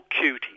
Cutie